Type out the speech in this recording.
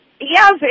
Yes